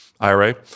IRA